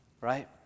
Right